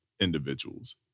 individuals